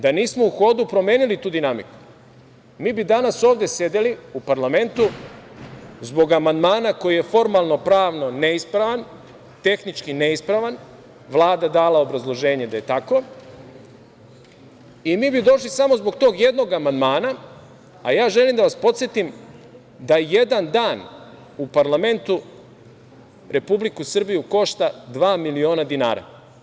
Da nismo u hodu promenili tu dinamiku, mi bi danas ovde sedeli u parlamentu zbog amandmana koji je formalno-pravno neispravan, tehnički neispravan, Vlada dala obrazloženje da je tako i mi bi došli samo zbog tog jednog amandmana, a ja želim da vas podsetim da jedan dan u parlamentu Republiku Srbiju košta dva miliona dinara.